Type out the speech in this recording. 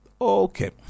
okay